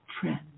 friend